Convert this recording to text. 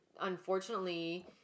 unfortunately